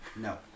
No